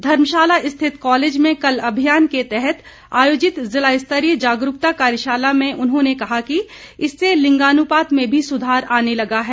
धर्मशाला रिथत कॉलेज में कल अभियान के तहत आयोजित ज़िला स्तरीय जागरूकता कार्यशाला में उन्होंने कहा कि इससे लिंगानुपात में भी सुधार आने लगा है